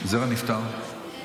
אנחנו נצביע הצבעה ראשונה על סעיף א'